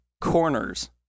corners